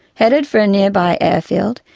headed for a nearby airfield,